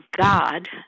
God